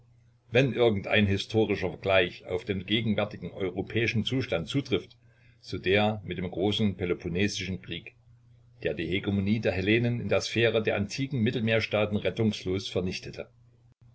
wenn irgendein historischer vergleich auf den gegenwärtigen europäischen zustand zutrifft so der mit dem großen peloponnesischen krieg der die hegemonie der hellenen in der sphäre der antiken mittelmeerstaaten rettungslos vernichtete